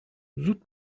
زود